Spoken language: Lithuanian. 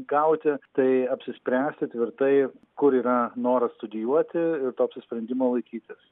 gauti tai apsispręsti tvirtai kur yra noras studijuoti ir to apsprendimo laikytis